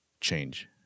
change